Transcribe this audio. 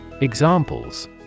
Examples